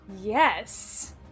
Yes